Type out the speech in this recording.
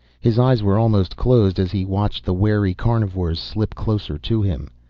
his eyes were almost closed as he watched the wary carnivores slip closer to him.